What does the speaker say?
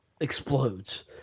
explodes